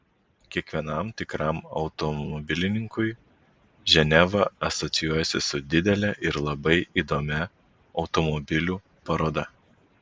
kiekvienam tikram automobilininkui ženeva asocijuojasi su didele ir labai įdomia automobilių paroda